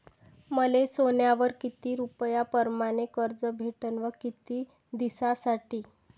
मले सोन्यावर किती रुपया परमाने कर्ज भेटन व किती दिसासाठी?